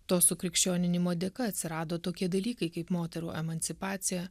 to sukrikščioninimo dėka atsirado tokie dalykai kaip moterų emancipacija